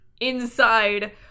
inside